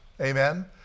Amen